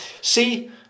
See